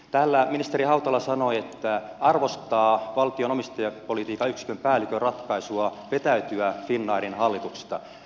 täällä ministeri hautala sanoi että arvostaa valtion omistajapolitiikan yksikön päällikön ratkaisua vetäytyä finnairin hallituksesta